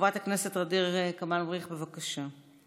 חברת הכנסת ע'דיר כמאל מריח, בבקשה.